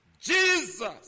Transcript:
Jesus